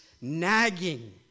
nagging